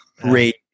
Great